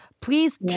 Please